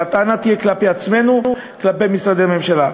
הטענה תהיה כלפי עצמנו וכלפי משרדי ממשלה.